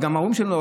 וגם ההורים שלי לא,